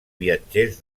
viatgers